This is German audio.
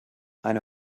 eine